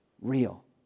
Real